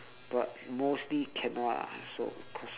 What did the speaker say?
but mostly cannot ah so because